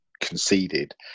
conceded